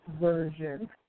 version